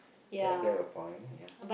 K I get your point ya